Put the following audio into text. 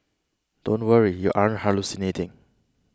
don't worry you aren't hallucinating